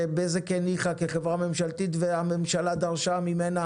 שבזק הניחה כחברה ממשלתית והממשלה דרשה ממנה